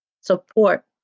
support